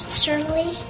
surely